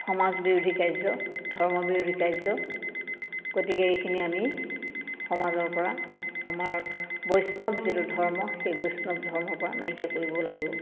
সমাজ বিৰোধী কাৰ্য ধৰ্ম বিৰোধী কাৰ্য গতিকে এইখিনি আমি সমাজৰ পৰা আমাৰ বৈষ্ণৱ যিটো ধৰ্ম সেই বৈষ্ণৱ ধৰ্মৰ পৰা নাইকিয়া কৰিব লাগিব